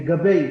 לגבי